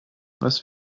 was